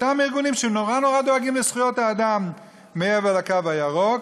אותם ארגונים שנורא-נורא דואגים לזכויות האדם מעבר לקו הירוק,